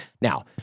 Now